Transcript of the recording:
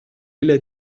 إلى